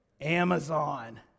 Amazon